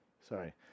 sorry